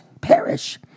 perish